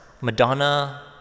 Madonna